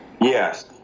Yes